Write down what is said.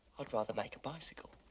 i'd rather make a bicycle.